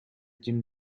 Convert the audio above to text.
jin